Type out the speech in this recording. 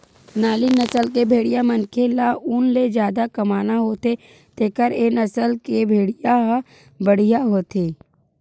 नाली नसल के भेड़िया मनखे ल ऊन ले जादा कमाना होथे तेखर ए नसल के भेड़िया ह बड़िहा होथे